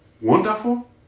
Wonderful